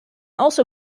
also